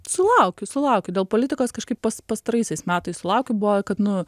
sulaukiu sulaukiu dėl politikos kažkaip pas pastaraisiais metais sulaukiu buvo kad nu